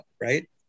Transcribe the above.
right